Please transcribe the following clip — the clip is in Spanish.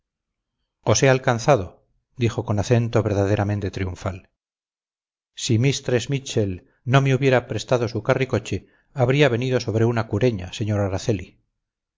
os he alcanzado dijo con acento verdaderamente triunfal si mistress mitchell no me hubiera prestado su carricoche habría venido sobre una cureña señor araceli